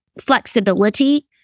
flexibility